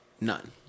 None